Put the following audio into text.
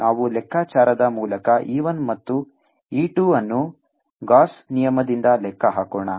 ನಾವು ಲೆಕ್ಕಾಚಾರದ ಮೂಲಕ E 1 ಮತ್ತು E 2 ಅನ್ನು ಗೌಸ್ ನಿಯಮದಿಂದ ಲೆಕ್ಕ ಹಾಕೋಣ